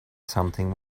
something